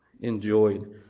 enjoyed